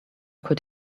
could